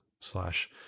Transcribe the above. slash